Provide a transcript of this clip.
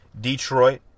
Detroit